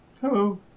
Hello